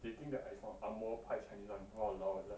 they think that I from ang moh pai chinese one !walao! like